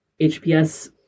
HPS